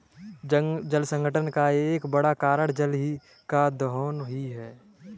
जलसंकट का एक बड़ा कारण जल का दोहन ही है